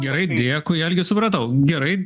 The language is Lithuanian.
gerai dėkui algi supratau gerai